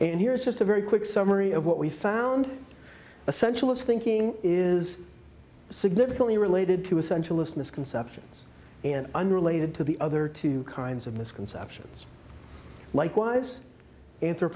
and here is just a very quick summary of what we found essential is thinking is significantly related to essential list misconceptions and unrelated to the other two kinds of misconceptions likewise an